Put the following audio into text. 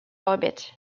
orbit